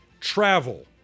travel